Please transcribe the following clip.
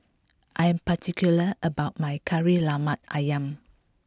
I am particular about my Kari Lemak Ayam